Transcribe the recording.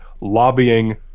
lobbying